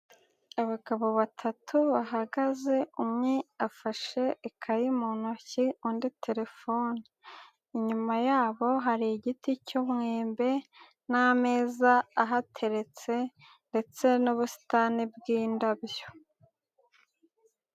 Abagabo batatu bahagaze, umwe afashe ikayi mu ntoki, undi terefone. Inyuma yabo hari igiti cy'umwembe n'ameza ahateretse ndetse n'ubusitani bw'indabyo.